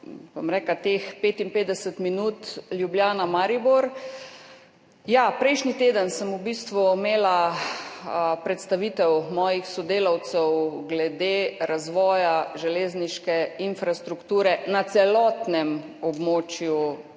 se tiče teh 55 minut Ljubljana–Maribor. Prejšnji teden je bila predstavitev mojih sodelavcev glede razvoja železniške infrastrukture na celotnem območju